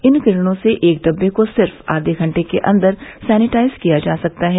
इन किरणों से एक डिब्बे को सिर्फ आधे घटे के अंदर सेनीटाइज किया जा सकता है